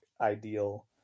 ideal